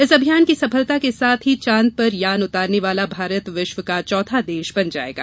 इस अभियान की सफलता के साथ ही चांद पर यान उतारने वाला भारत विश्व का चौथा देश बन जाएगा